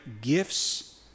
gifts